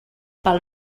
pel